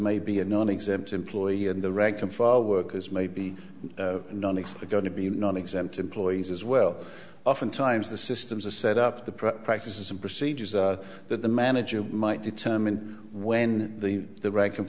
maybe a nonexempt employee in the rank and file workers may be nonexpert going to be not exempt employees as well oftentimes the systems are set up the prep practices and procedures that the manager might determine when the the rank and